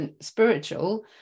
spiritual